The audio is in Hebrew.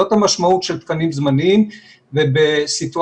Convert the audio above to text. זו המשמעות של תקנים זמניים ובסיטואציה